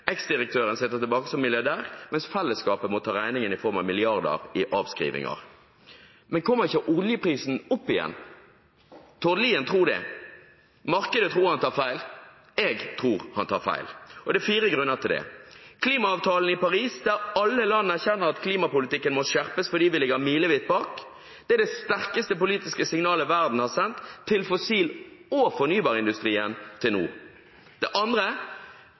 sitter tilbake som milliardær, mens fellesskapet må ta regningen i form av milliarder i avskrivinger. Men kommer ikke oljeprisen opp igjen? Tord Lien tror det, markedet tror han tar feil, og jeg tror han tar feil. Det er fire grunner til det: Først er det klimaavtalen i Paris, der alle landene erkjenner at klimapolitikken må skjerpes fordi vi ligger milevidt bak – det er det sterkeste politiske signalet verden har sendt til fossil- og fornybarindustrien til nå. Det andre,